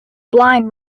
blind